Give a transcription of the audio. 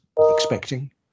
expecting